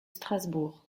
strasbourg